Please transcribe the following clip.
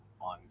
on